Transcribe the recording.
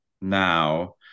now